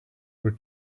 were